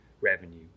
revenue